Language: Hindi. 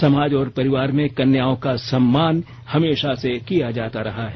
समाज और परिवार में कन्याओं का सम्मान हमेशा से किया जाता रहा है